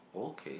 okay